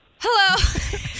Hello